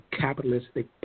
capitalistic